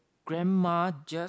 grandma just